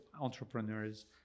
entrepreneurs